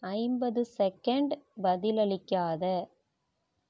ஐம்பது செகண்ட் பதிலளிக்காத